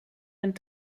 and